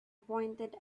pointed